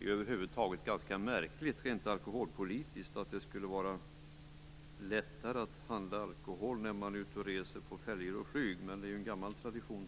det över huvud taget märkligt att det skulle vara lättare att handla alkohol när man reser på färjor och flyg. Men det är en gammal tradition.